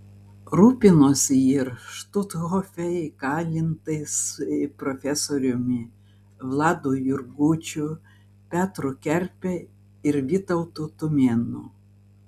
rūpinosi ji ir štuthofe įkalintais profesoriumi vladu jurgučiu petru kerpe ir vytautu tumėnu